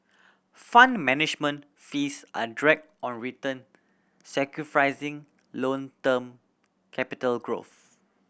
Fund Management fees are drag on return sacrificing long term capital growth